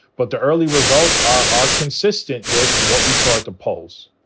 but the early results are are consistent with what we saw at the polls.